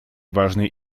важной